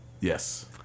Yes